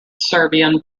serbian